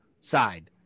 side